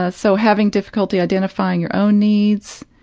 ah so having difficulty identifying your own needs,